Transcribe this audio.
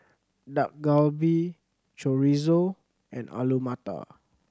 Dak Galbi Chorizo and Alu Matar